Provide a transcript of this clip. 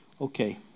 Okay